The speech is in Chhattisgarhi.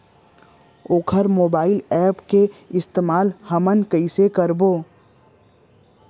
वोकर मोबाईल एप के इस्तेमाल हमन कइसे करबो?